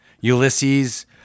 Ulysses